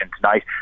tonight